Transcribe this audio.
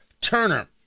Turner